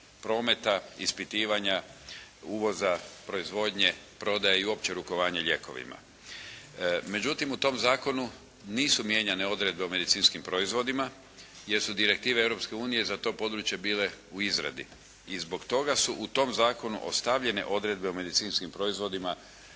prometa, ispitivanja, uvoza, proizvodnje, prodaje i uopće rukovanje lijekovima. Međutim, u tom zakonu nisu mijenjane odredbe o medicinskim proizvodima jer su direktive Europske unije za to područje bile u izradi i zbog toga su u tom zakonu ostavljene odredbe o medicinskim proizvodima